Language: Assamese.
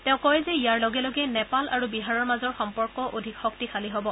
তেওঁ কয় যে ইয়াৰ লগে লগে নেপাল আৰু বিহাৰৰ মাজৰ সম্পৰ্ক অধিক শক্তিশালী হ'ব